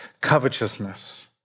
covetousness